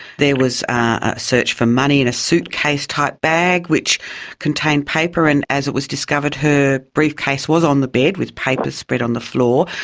there was a search for money in a suitcase type bag which contained paper, and, as it was discovered, her briefcase was on the bed with papers spread on the floor.